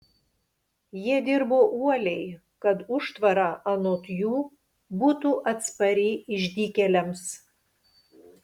jie dirbo uoliai kad užtvara anot jų būtų atspari išdykėliams